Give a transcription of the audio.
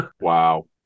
Wow